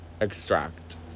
Extract